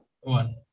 One